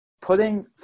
putting